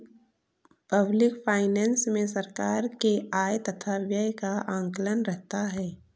public finance मे सरकार के आय तथा व्यय का आकलन रहता है